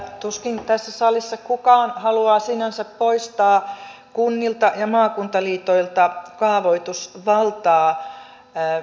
tuskin tässä salissa kukaan haluaa sinänsä poistaa kunnilta ja maakuntaliitoilta kaavoitusvaltaa